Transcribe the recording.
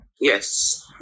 yes